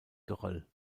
geröll